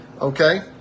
okay